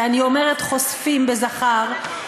ואני אומרת "חושפים" בזכר,